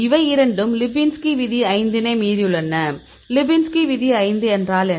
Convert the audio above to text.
இவை இரண்டும் லிபின்ஸ்கி விதி ஐந்தினை மீறியுள்ளன லிபின்ஸ்கி விதி ஐந்து என்றால் என்ன